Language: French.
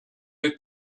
êtes